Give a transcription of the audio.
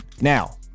Now